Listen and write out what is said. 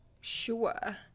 Sure